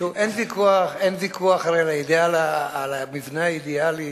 אין ויכוח לגבי המבנה האידיאלי